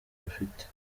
rufite